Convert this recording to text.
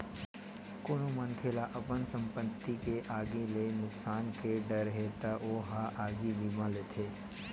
कोनो मनखे ल अपन संपत्ति के आगी ले नुकसानी के डर हे त ओ ह आगी बीमा लेथे